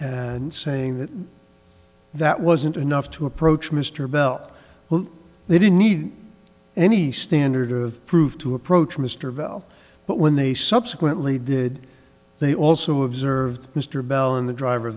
and saying that that wasn't enough to approach mr bell they didn't need any standard of proof to approach mr bell but when they subsequently did they also observed mr belin the driver